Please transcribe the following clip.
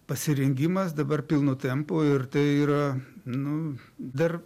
pasirengimas dabar pilnu tempu ir tai yra nu dar